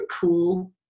cool